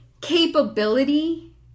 capability